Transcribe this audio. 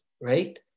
right